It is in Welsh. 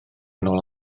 nôl